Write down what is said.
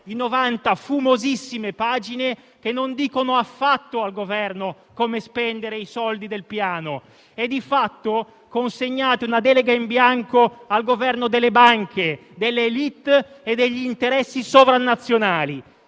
fumosissime pagine che non dicono affatto al Governo come spendere i soldi del Piano, e di fatto consegnate una delega in bianco al Governo delle banche, delle *élite* e degli interessi sovranazionali.